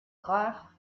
rare